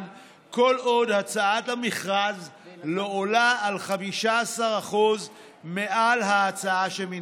כל עוד הצעת המכרז לא עולה על 15% מעל ההצעה שמנגד.